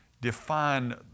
define